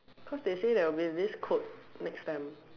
cause they say there will be this code next time